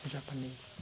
Japanese